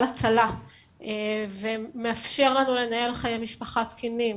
הצלה ומאפשר לנו לנהל חיי משפחה תקינים,